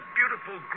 beautiful